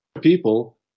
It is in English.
people